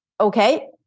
okay